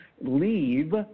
leave